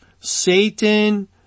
Satan